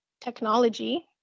technology